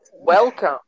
welcome